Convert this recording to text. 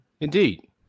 Indeed